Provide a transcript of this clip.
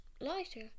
lighter